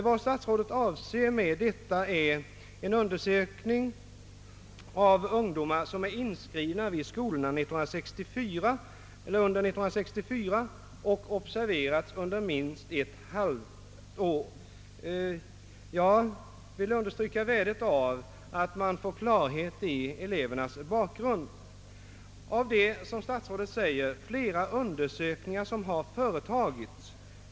Vad statsrådet avser är väl en undersökning av ungdomar som är inskrivna vid skolorna under 1964 och observerats under minst ett halvår. Jag vill understryka värdet av att man får klarhet om elevernas bakgrund. Statsrådet Odhnoff säger ju att flera undersökningar företagits.